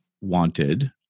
wanted